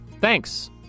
Thanks